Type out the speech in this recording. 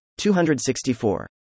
264